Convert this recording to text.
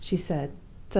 she said,